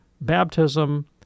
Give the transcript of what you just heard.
baptism